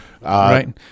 Right